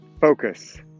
Focus